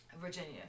Virginia